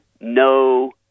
no